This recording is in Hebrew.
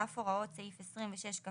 על אף הוראות סעיף 26כב(א),